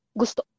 gusto